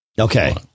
Okay